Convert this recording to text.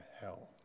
hell